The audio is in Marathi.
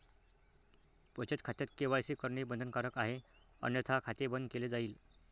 बचत खात्यात के.वाय.सी करणे बंधनकारक आहे अन्यथा खाते बंद केले जाईल